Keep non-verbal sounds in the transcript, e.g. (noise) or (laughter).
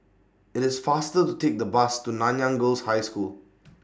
IT IS faster to Take The Bus to Nanyang Girls' High School (noise)